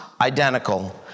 identical